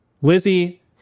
Lizzie